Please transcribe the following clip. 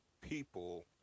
people